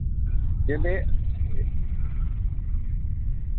जेल्ले